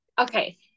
Okay